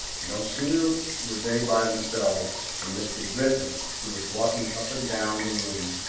no sooner were they by themselves than mr. britton, who was walking up and down the room,